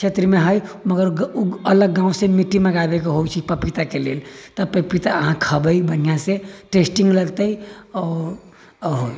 क्षेत्र मे है मगर ओ अलग गाॅंव से मिट्टी मँगाबै के होइ छै पपीता के लेल तऽ पपीता अहाँ खाबै बढ़िऑं से टेस्टिङ्ग लगतै आओर